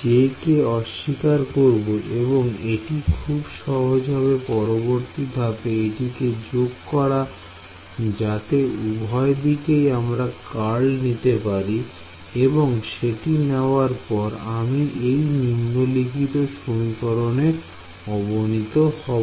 j কে অস্বীকার করব এবং এটি খুব সহজ হবে পরবর্তী ধাপে এটিকে যোগ করা যাতে উভয় দিকেই আমরা কারল নিতে পারি এবং সেটি নেওয়ার পর আমি এই নিম্নলিখিত সমীকরণে অবনিত হব